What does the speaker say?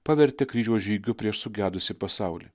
pavertė kryžiaus žygiu prieš sugedusį pasaulį